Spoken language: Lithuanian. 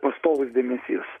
pastovus dėmesys